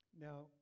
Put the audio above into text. Now